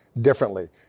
differently